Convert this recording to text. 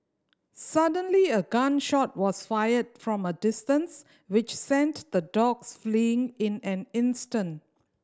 suddenly a gun shot was fired from a distance which sent the dogs fleeing in an instant